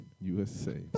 USA